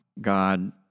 God